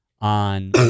on